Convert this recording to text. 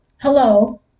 hello